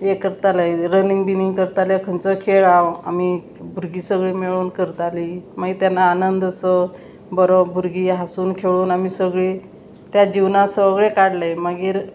हें करतालें रनींग बिनींग करतालें खंयचो खेळ हांव आमी भुरगीं सगळीं मेळून करतालीं मागीर तेन्ना आनंद असो बरो भुरगीं हांसून खेळून आमी सगळीं त्या जिवना सगळें काडलें मागीर